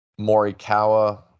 Morikawa